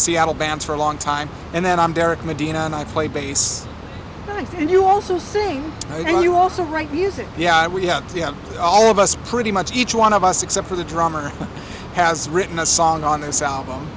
seattle band for a long time and then i'm derek medina and i play bass and you also sing oh you also write music yeah we have all of us pretty much each one of us except for the drummer has written a song on this album